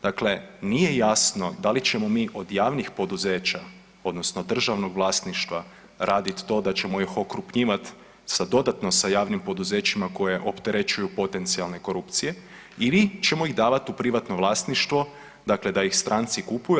Dakle nije jasno da li ćemo mi od javnih poduzeća odnosno državnog vlasništva raditi to da ćemo ih okrupnjivati dodatno sa javnim poduzećima koje opterećuju potencijalne korupcije ili ćemo ih davati u privatno vlasništvo da ih stranci kupuju.